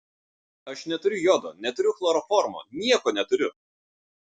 aš neturiu jodo neturiu chloroformo nieko neturiu